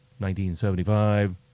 1975